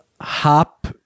hop